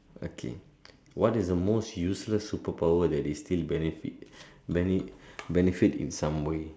okay what is the most useless superpower that is still benefit bene~ benefit in some way